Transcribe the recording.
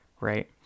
Right